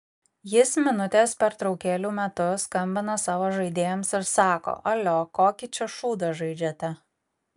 jis minutės pertraukėlių metu skambina savo žaidėjams ir sako alio kokį čia šūdą žaidžiate